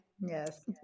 Yes